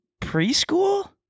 preschool